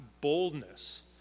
boldness